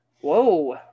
Whoa